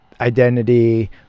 Identity